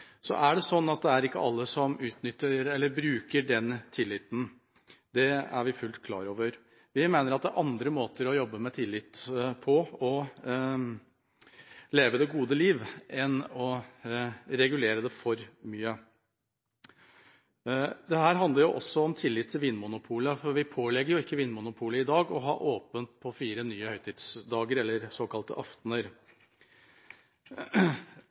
Så er det ikke alle som bruker den tilliten. Det er vi fullt klar over. Vi mener at det er andre måter å jobbe med tillit på – og leve det gode liv – enn å regulere for mye. Dette handler også om tillit til Vinmonopolet, for vi pålegger jo ikke Vinmonopolet i dag å ha åpent på fire nye høytidsdager, eller såkalte